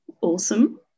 Awesome